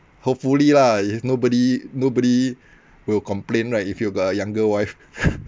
hopefully lah if nobody nobody will complain right if you got a younger wife